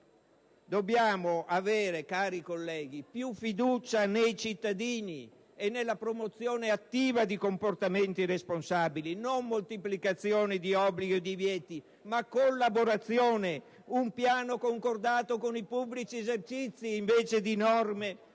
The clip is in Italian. Dobbiamo avere, cari colleghi, più fiducia nei cittadini e nella promozione attiva di comportamenti responsabili: non moltiplicazione di obblighi o divieti, ma collaborazione. Con un piano concordato con i pubblici esercizi, invece di norme